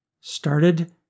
started